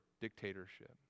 dictatorship